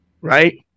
right